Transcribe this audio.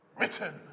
written